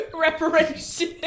Reparation